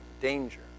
danger